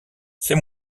c’est